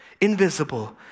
invisible